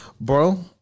bro